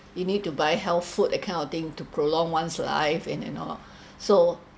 you need to buy health food that kind of thing to prolong one's life in and all so